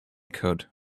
could